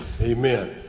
amen